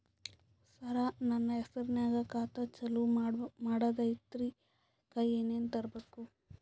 ಸರ, ನನ್ನ ಹೆಸರ್ನಾಗ ಖಾತಾ ಚಾಲು ಮಾಡದೈತ್ರೀ ಅದಕ ಏನನ ತರಬೇಕ?